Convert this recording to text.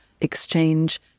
exchange